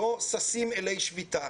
לא ששים אלי שביתה,